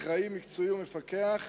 אחראי, מקצועי ומפקח,